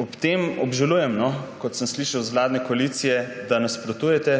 Ob tem obžalujem, kot sem slišal iz vladne koalicije, da nasprotujete